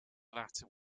latter